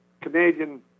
Canadian